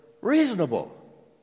reasonable